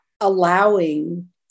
allowing